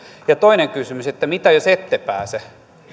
ja toinen kysymys mitä jos ette pääse